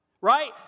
right